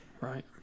Right